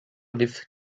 lift